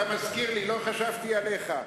אתה מזכיר לי, לא חשבתי עליך.